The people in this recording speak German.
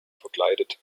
verkleidet